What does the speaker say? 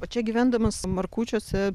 o čia gyvendamas markučiuose